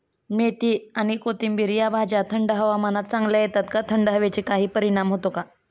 मेथी आणि कोथिंबिर या भाज्या थंड हवामानात चांगल्या येतात का? थंड हवेचा काही परिणाम होतो का?